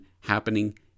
happening